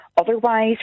Otherwise